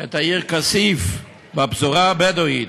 את העיר כסיף בפזורה הבדואית,